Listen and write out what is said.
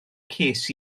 ces